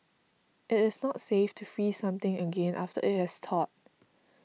it is not safe to freeze something again after it has thawed